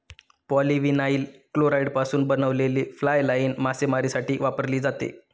polyvinyl क्लोराईडपासून बनवलेली fly line मासेमारीसाठी वापरली जाते